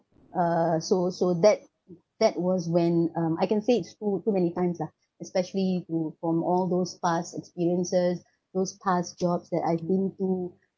uh so so that that was when um I can say it's too too many times lah especially to from all those past experiences those past jobs that I've been to